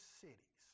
cities